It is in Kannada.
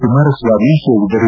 ಕುಮಾರಸ್ವಾಮಿ ಹೇಳಿದರು